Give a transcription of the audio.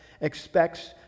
expects